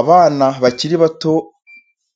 Abana bakiri bato